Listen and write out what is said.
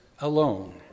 alone